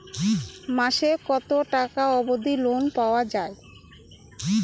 মাসে কত টাকা অবধি লোন পাওয়া য়ায়?